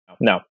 No